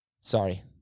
Sorry